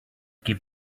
give